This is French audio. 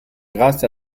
grâce